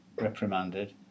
reprimanded